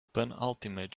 penultimate